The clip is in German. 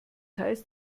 heißt